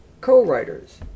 co-writers